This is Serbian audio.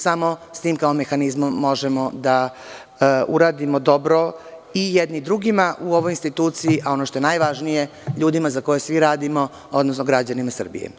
Samo sa tim mehanizmom možemo da uradimo dobro i jedni drugima u ovoj instituciji, a ono što je najvažnije ljudima za koje svi radimo, odnosno građanima Srbije.